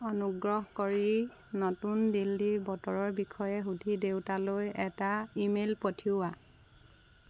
অনুগ্ৰহ কৰি নতুন দিল্লীৰ বতৰৰ বিষয়ে সুধি দেউতালৈ এটা ইমেইল পঠিওৱা